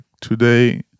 today